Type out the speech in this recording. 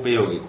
ഉപയോഗിക്കുന്നു